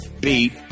Beat